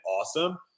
awesome